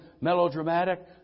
melodramatic